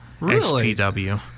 xpw